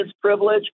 privilege